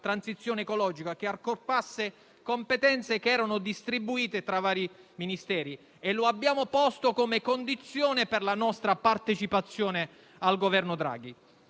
transizione ecologica), che accorpasse competenze che erano distribuite tra vari Ministeri e lo abbiamo posto come condizione per la nostra partecipazione al Governo Draghi.